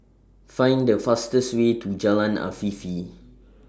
Find The fastest Way to Jalan Afifi